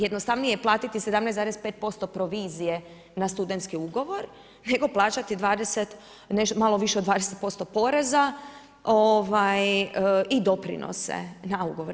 Jednostavnije je platiti 17,5% provizije na studentski ugovor, nego plaćati malo više od 20% poreza i doprinose na ugovore.